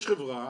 יש חברה,